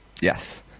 yes